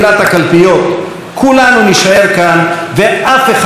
כולנו נישאר כאן ואף אחד לא ייעלם מן העיר.